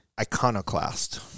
Iconoclast